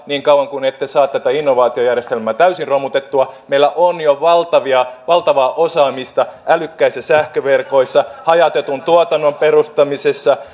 niin kauan kuin ette saa tätä innovaatiojärjestelmää täysin romutettua meillä on jo valtavaa valtavaa osaamista älykkäissä sähköverkoissa hajautetun tuotannon perustamisessa